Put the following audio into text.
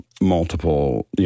multiple